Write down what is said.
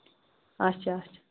اَچھا اَچھا